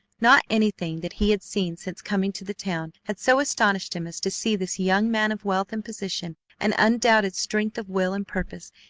not anything that he had seen since coming to the town had so astonished him as to see this young man of wealth and position and undoubted strength of will and purpose,